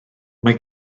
mae